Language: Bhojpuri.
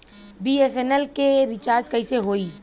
बी.एस.एन.एल के रिचार्ज कैसे होयी?